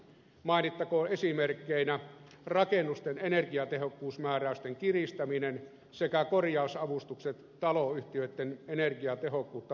mainittakoon esimerkkeinä rakennusten energiatehokkuusmääräysten kiristäminen sekä korjausavustukset taloyhtiöitten energiatehokkuutta parantaviin remontteihin